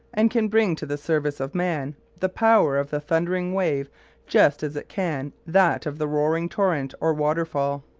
and can bring to the service of man the power of the thundering wave just as it can that of the roaring torrent or waterfall.